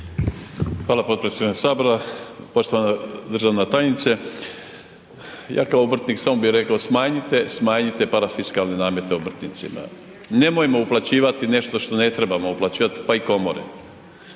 Hvala potpredsjedniče sabora. Poštovana državna tajnica, ja kao obrtnik samo bi rekao smanjite, smanjite parafiskalne namete obrtnicima. Nemojmo uplaćivati nešto što ne trebamo uplaćivati pa i komore.